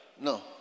no